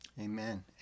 Amen